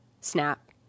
snap